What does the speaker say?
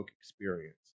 experience